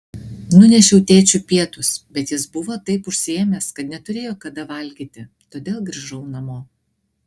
nunešiau tėčiui pietus bet jis buvo taip užsiėmęs kad neturėjo kada valgyti todėl grįžau namo